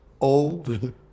old